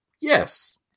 Yes